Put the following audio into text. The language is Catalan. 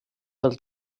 del